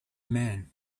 man